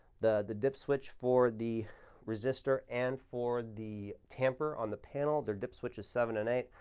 the the dip switch for the resistor and for the tamper on the panel, they're dip switches seven and eight.